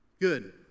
Good